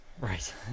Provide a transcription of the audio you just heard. right